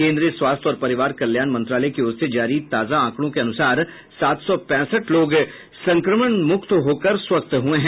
केन्द्रीय स्वास्थ्य और परिवार कल्याण मंत्रालय की ओर से जारी ताजा आंकड़ों के अनुसार सात सौ पैंसठ लोग संक्रमण मुक्त होकर स्वस्थ हये है